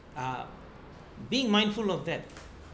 uh be mindful of that